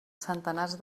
centenars